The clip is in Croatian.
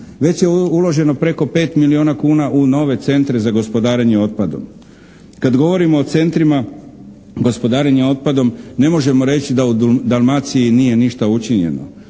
Već je uloženo preko 5 milijuna kuna u nove centre za gospodarenje otpadom. Kad govorimo o centrima gospodarenja otpadom ne možemo reći da u Dalmaciji ništa nije učinjeno.